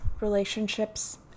relationships